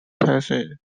texas